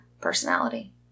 personality